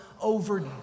over